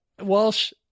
Walsh